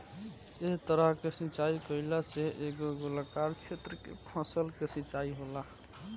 एह तरह के सिचाई कईला से एगो गोलाकार क्षेत्र के फसल के सिंचाई होला